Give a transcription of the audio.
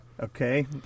Okay